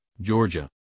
Georgia